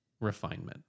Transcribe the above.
refinement